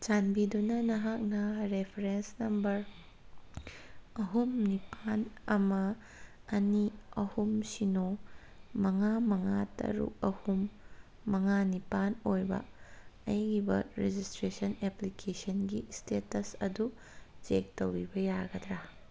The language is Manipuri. ꯆꯥꯟꯕꯤꯗꯨꯅ ꯅꯍꯥꯛꯅ ꯔꯦꯐꯔꯦꯟꯁ ꯅꯝꯕꯔ ꯑꯍꯨꯝ ꯅꯤꯄꯥꯜ ꯑꯃ ꯑꯅꯤ ꯑꯍꯨꯝ ꯁꯤꯅꯣ ꯃꯉꯥ ꯃꯉꯥ ꯇꯔꯨꯛ ꯑꯍꯨꯝ ꯃꯉꯥ ꯅꯤꯄꯥꯜ ꯑꯣꯏꯕ ꯑꯩꯒꯤ ꯕꯥꯔꯠ ꯔꯦꯖꯤꯁꯇ꯭ꯔꯦꯁꯟ ꯑꯦꯄ꯭ꯂꯤꯀꯦꯁꯟꯒꯤ ꯏꯁꯇꯦꯇꯁ ꯑꯗꯨ ꯆꯦꯛ ꯇꯧꯕꯤꯕ ꯌꯥꯒꯗ꯭ꯔ